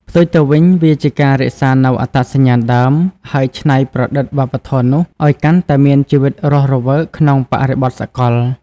ផ្ទុយទៅវិញ វាជាការរក្សានូវអត្តសញ្ញាណដើម ហើយច្នៃប្រឌិតវប្បធម៌នោះឱ្យកាន់តែមានជីវិតរស់រវើកក្នុងបរិបទសកល។